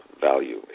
value